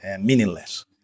meaningless